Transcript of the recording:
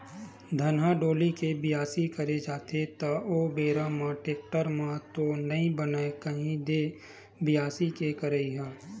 धनहा डोली के बियासी करे जाथे त ओ बेरा म टेक्टर म तो नइ बनय कही दे बियासी के करई ह?